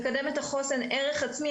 לקדם את החוסן ערך עצמי,